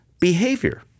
behavior